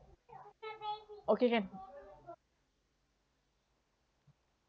okay can